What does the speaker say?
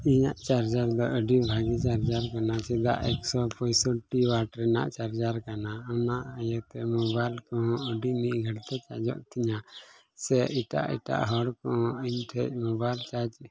ᱤᱧᱟᱹᱜ ᱪᱟᱨᱡᱟᱨ ᱫᱚ ᱟᱹᱰᱤ ᱵᱷᱟᱹᱜᱤ ᱪᱟᱨᱡᱟᱨ ᱠᱟᱱᱟ ᱪᱮᱫᱟᱜ ᱮᱠᱥᱚ ᱯᱚᱸᱭᱥᱚᱴᱴᱤ ᱚᱣᱟᱨᱰ ᱨᱮᱭᱟᱜ ᱪᱟᱨᱡᱟᱨ ᱠᱟᱱᱟ ᱚᱱᱟ ᱤᱭᱟᱹᱛᱮ ᱢᱳᱵᱟᱭᱤᱞ ᱠᱚᱦᱚᱸ ᱟᱹᱰᱤ ᱢᱤᱫ ᱜᱷᱟᱹᱲᱤᱡ ᱛᱮ ᱪᱟᱨᱡᱚᱜ ᱛᱤᱧᱟᱹ ᱥᱮ ᱮᱴᱟᱜ ᱮᱴᱟᱜ ᱦᱚᱲ ᱠᱚᱦᱚᱸ ᱤᱧ ᱴᱷᱮᱱ ᱢᱳᱵᱟᱭᱤᱞ ᱪᱟᱨᱡᱽ